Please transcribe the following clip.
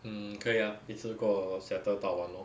um 可以啊一次过 settle 到完 lor